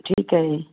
ਠੀਕ ਐ ਜੀ